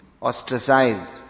ostracized